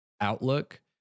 outlook